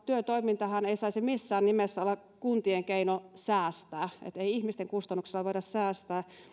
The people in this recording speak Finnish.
työtoimintahan ei saisi missään nimessä olla kuntien keino säästää ei ihmisten kustannuksella voida säästää